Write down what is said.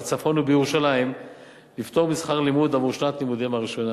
בצפון ובירושלים לפטור משכר לימוד עבור שנת הלימודים הראשונה,